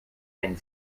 wenn